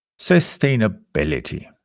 sustainability